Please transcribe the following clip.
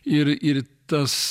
ir ir tas